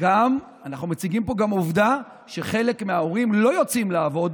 אנחנו מציגים פה גם עובדה שחלק מההורים לא יוצאים לעבוד.